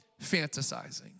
fantasizing